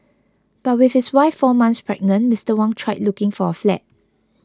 but with his wife four months pregnant Mister Wang tried looking for a flat